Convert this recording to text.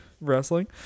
wrestling